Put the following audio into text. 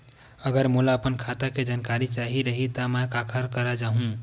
अगर मोला अपन खाता के जानकारी चाही रहि त मैं काखर करा जाहु?